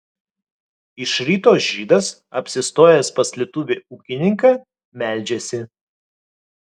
iš ryto žydas apsistojęs pas lietuvį ūkininką meldžiasi